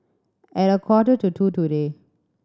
at a quarter to two today